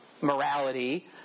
morality